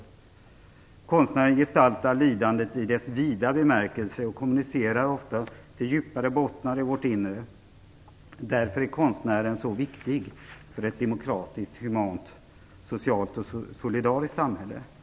Konstnären gestaltar lidandet i dess vida bemärkelse och kommunicerar ofta med djupare bottnar i vårt inre. Därför är konstnären så viktig för ett demokratiskt, humant, socialt och solidariskt samhälle. Fru talman!